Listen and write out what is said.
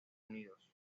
unidos